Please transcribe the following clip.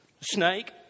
Snake